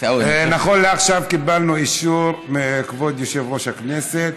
נכון לעכשיו קיבלנו אישור מכבוד יושב-ראש הכנסת,